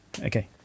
Okay